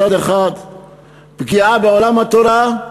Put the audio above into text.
מצד אחד פגיעה בעולם התורה,